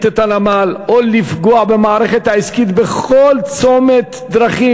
את הנמל או לפגוע במערכת העסקית בכל צומת דרכים.